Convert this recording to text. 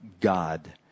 God